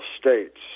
states